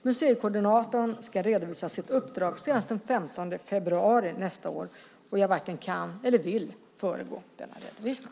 Museikoordinatorn ska redovisa sitt uppdrag senast den 15 februari nästa år, och jag varken kan eller vill föregå denna redovisning.